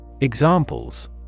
Examples